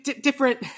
different